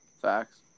Facts